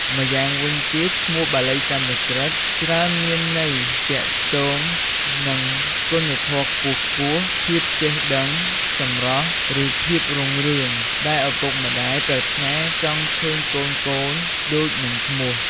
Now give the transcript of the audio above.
ម្យ៉ាងវិញទៀត ឈ្មោះបាលីសំស្រ្កឹតច្រើនមានន័យទាក់ទងនឹងគុណធម៌ខ្ពស់ៗ ភាពចេះដឹង សម្រស់ ឬភាពរុងរឿង ដែលឪពុកម្ដាយប្រាថ្នាចង់ឃើញកូនៗដូចនឹងឈ្មោះ។